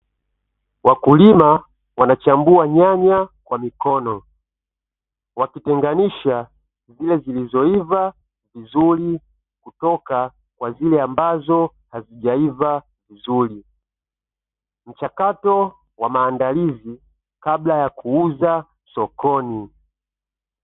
Wakulima wanachambua nyanya kwa mikono, wakitenganisha zile zilizoiva vizuri kutoka kwa zile ambazo hazijaiva vizuri, mchakato wa maandalizi kabla ya kuuza sokoni.